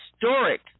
historic